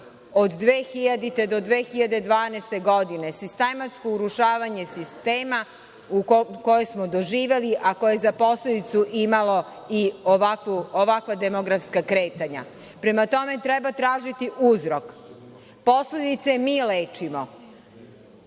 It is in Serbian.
od 2000. do 2012. godine, sistematsko urušavanje sistema koje smo doživeli, a koje je za posledicu imalo i ovakva demografska kretanja? Prema tome, treba tražiti uzrok. Posledice mi lečimo